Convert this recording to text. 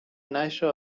نشر